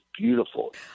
beautiful